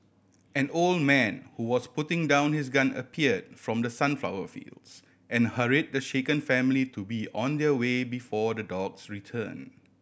an old man who was putting down his gun appeared from the sunflower fields and hurry the shaken family to be on their way before the dogs return